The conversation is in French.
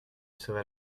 serai